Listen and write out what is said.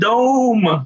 Dome